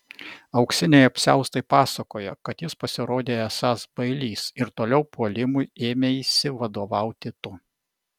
auksiniai apsiaustai pasakoja kad jis pasirodė esąs bailys ir toliau puolimui ėmeisi vadovauti tu